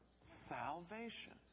salvation